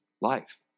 life